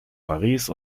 paris